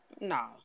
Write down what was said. No